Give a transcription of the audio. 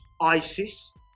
ISIS